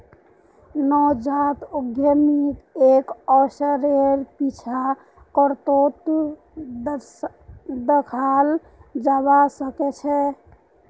नवजात उद्यमीक एक अवसरेर पीछा करतोत दखाल जबा सके छै